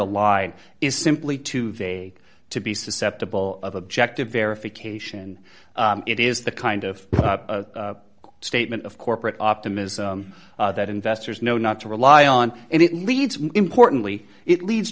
ally is simply too vague to be susceptible of objective verification it is the kind of statement of corporate optimism that investors know not to rely on and it leads importantly it leads